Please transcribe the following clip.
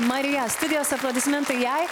marija studijos aplodismentai jai